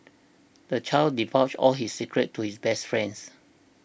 the child divulged all his secrets to his best friends